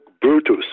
Brutus